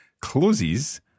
closes